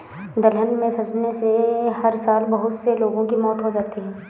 दलदल में फंसने से हर साल बहुत से लोगों की मौत हो जाती है